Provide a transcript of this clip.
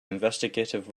investigative